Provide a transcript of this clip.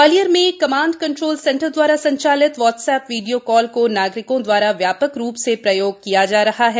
ग्वालियर में command control centre दवारा संचालित व्हाट्सैप वीडीयो कॉल को नागरिकों द्वारा व्यापक रूप से प्रयोग किया जा रहा है